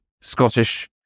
Scottish